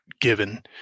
given